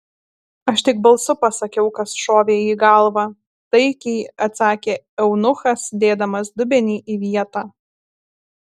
aš tik balsu pasakiau kas šovė į galvą taikiai atsakė eunuchas dėdamas dubenį į vietą